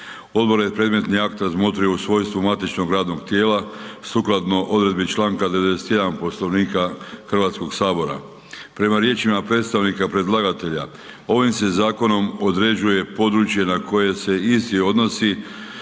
Odbor je predmetni akt razmotrio u svojstvu matičnog radnog tijela sukladno odredbi čl. 91. Poslovnika HS. Prema riječima predstavnika predlagatelja ovim se zakonom određuje područje na koje se isti odnosi